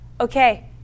okay